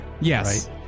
Yes